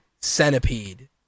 centipede